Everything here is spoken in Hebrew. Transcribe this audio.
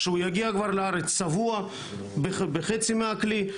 שהוא יגיע כבר לארץ צבוע בחצי מהכלי,